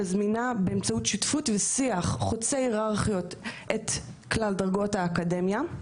מזמינה באמצעות שותפות ושיח חוצי היררכיות את כלל דרגות האקדמיה.